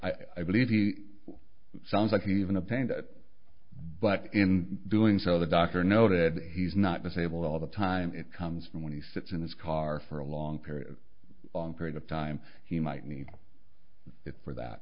and i believe he sounds like an even a pain that but in doing so the doctor noted he's not disabled all the time it comes from when he sits in his car for a long period long period of time he might need it for that